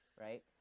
right